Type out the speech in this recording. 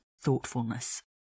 thoughtfulness